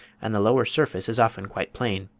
and the lower surface is often quite plain.